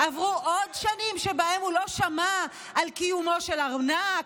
עברו עוד שנים שבהן הוא לא שמע על קיומו של ארנק,